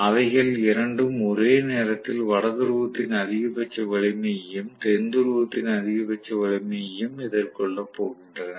அவைகள் இரண்டும் ஒரே நேரத்தில் வட துருவத்தின் அதிகபட்ச வலிமையையும் தென் துருவத்தின் அதிகபட்ச வலிமையையும் எதிர்கொள்ளப் போகின்றன